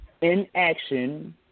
inaction